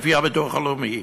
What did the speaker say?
לפי הביטוח הלאומי.